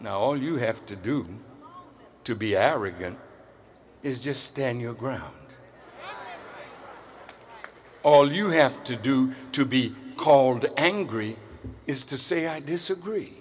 now all you have to do to be arrogant is just stand your ground all you have to do to be called angry is to say i disagree